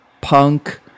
punk